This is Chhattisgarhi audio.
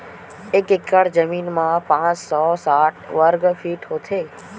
एक एकड़ जमीन मा पांच सौ साठ वर्ग फीट होथे